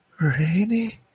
rainy